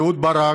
אהוד ברק.